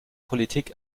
politik